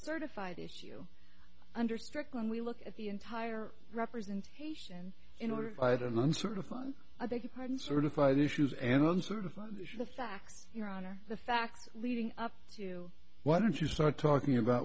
certified issue under strict when we look at the entire representation in order to fight another sort of fun i beg your pardon certify the issues and i'm certified the facts your honor the facts leading up to why don't you start talking about